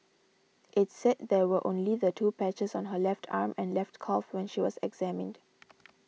it said there were only the two patches on her left arm and left calf when she was examined